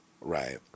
right